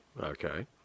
okay